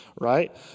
right